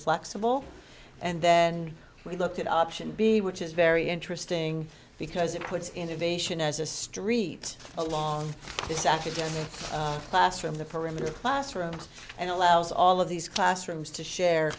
flexible and then we looked at option b which is very interesting because it puts innovation as a street along this academic classroom the perimeter of classrooms and allows all of these classrooms to share